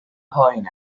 پایین